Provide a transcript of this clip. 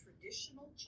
traditional